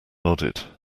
nodded